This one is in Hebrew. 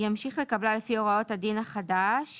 ימשיך לקבלה לפי הוראות הדין החדש,